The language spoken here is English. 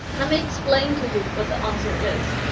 let me explain to you what the answer is.